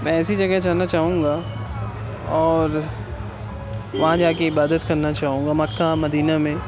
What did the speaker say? میں ایسی جگہ جانا چاہوں گا اور وہاں جا کے عبادت کرنا چاہوں گا مکہ اور مدینہ میں